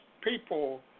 people